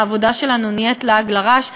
העבודה שלנו נהיית לעג לרש,